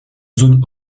zone